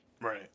Right